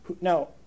Now